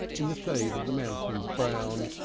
in the shade of the mountains brown.